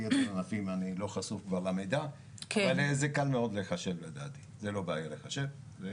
זה קל מאוד לחשב לדעתי, זה לא בעיה לחשב.